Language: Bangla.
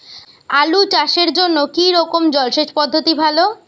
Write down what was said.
আলু চাষের জন্য কী রকম জলসেচ পদ্ধতি ভালো?